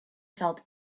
felt